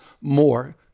more